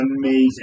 amazing